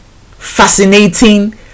fascinating